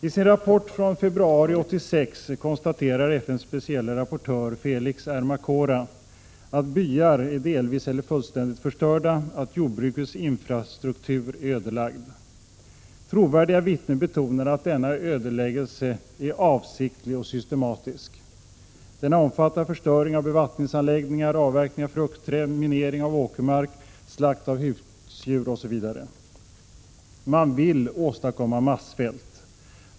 I sin rapport från februari 1986 konstaterar FN:s specielle rapportör, Felix Ermacora, att byar är delvis eller fullständigt förstörda och jordbrukets infrastruktur ödelagd. Trovärdiga vittnen betonar att denna ödeläggelse är avsiktlig och systematisk. Den omfattar förstöring av bevattningsanläggningar, avverkning av fruktträd, minering av åkermark, slakt av husdjur etc. Man vill åstadkomma massvält.